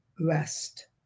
rest